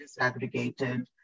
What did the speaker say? disaggregated